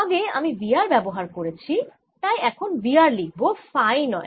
আগে আমি V r ব্যবহার করেছি তাই এখন V r লিখব ফাই নয়